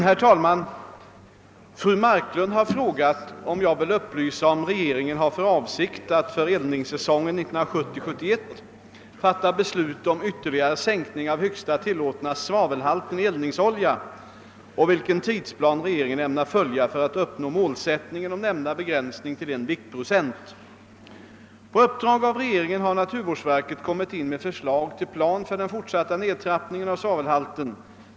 Herr talman! Fru Marklund har frågat om jag vill upplysa om regeringen har för avsikt att inför eldningssäsongen 1970/71 fatta beslut om ytterligare sänkning av den högsta tillåtna svavelhalten i eldningsolja och vilken tidsplan regeringen ämnar följa för att uppnå nämnda begränsning till en viktprocent. På uppdrag av regeringen har naturvårdsverket kommit in med förslag till plan för den fortsatta nedtrappningen av svavelhalten.